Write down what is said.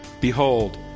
Behold